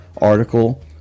article